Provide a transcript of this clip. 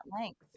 length